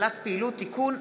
הגבלת פעילות) (תיקון),